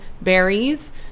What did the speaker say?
berries